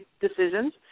decisions